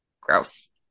gross